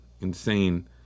insane